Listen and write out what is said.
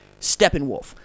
Steppenwolf